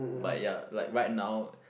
but ya like right now